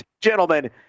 gentlemen